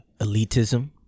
Elitism